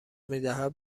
میدهد